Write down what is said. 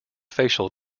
facial